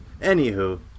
Anywho